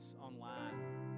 online